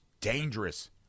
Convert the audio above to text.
dangerous